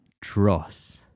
Dross